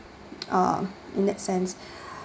uh in that sense